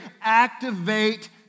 Activate